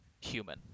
human